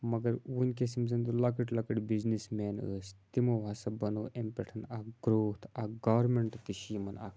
مگر وٕنکیٚس یِم زَن تہِ لۄکٕٹۍ لۄکٕٹۍ بِزنٮ۪س مین ٲسۍ تِمو ہَسا بَنوو امہِ پٮ۪ٹھ اَکھ گرٛوتھ اَکھ گارمٮ۪نٛٹ تہِ چھِ یِمَن اَکھ